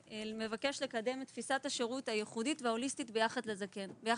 מבקש לקדם את תפיסת השירות הייחודית וההוליסטית ביחס לזקן.